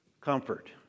Comfort